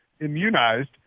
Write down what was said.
immunized